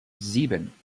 sieben